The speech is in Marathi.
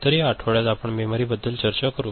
तर या आठवड्यात आपण मेमरीबद्दल चर्चा करू